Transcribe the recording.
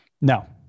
No